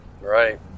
right